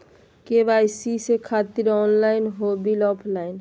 KYC से खातिर online हो बिल ऑफलाइन?